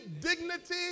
dignity